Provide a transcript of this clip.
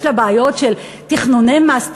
יש לה בעיות של תכנוני מס,